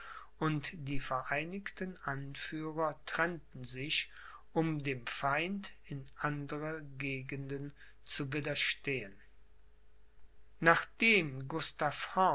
und die vereinigten anführer trennten sich um dem feind in andere gegenden zu widerstehen nachdem